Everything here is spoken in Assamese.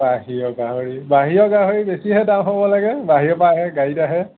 বাহিৰৰ গাহৰি বাহিৰৰ গাহৰি বেছিহে দাম হ'ব লাগে বাহিৰৰ পৰা আনে গাড়ীত আহে